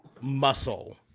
muscle